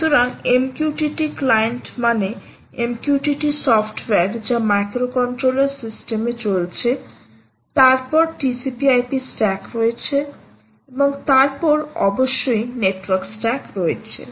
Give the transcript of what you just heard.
সুতরাং MQTT client মানে MQTT software যা মাইক্রোকন্ট্রোলার সিস্টেমে চলছে তারপর TCP IP স্ট্যাক রয়েছে এবং তারপর অবশ্যই নেটওয়ার্ক স্ট্যাক রয়েছে